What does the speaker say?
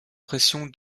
pression